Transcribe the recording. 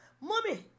Mommy